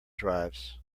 drives